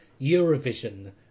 Eurovision